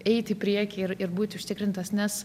eiti į priekį ir ir būti užtikrintas nes